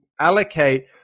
allocate